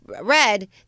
red